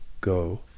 go